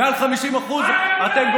אתה לא יכול לכפות עליו.